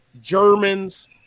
Germans